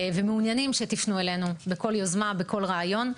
ומעוניינים שתפנו אלינו בכל יוזמה ובכל רעיון.